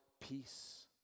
peace